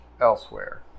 elsewhere